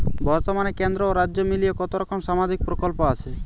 বতর্মানে কেন্দ্র ও রাজ্য মিলিয়ে কতরকম সামাজিক প্রকল্প আছে?